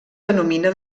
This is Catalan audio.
denomina